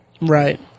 right